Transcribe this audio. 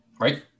right